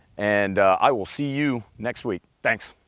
and i will see you next week, thanks!